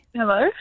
hello